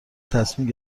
تصمیم